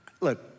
Look